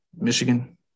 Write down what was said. Michigan